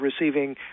receiving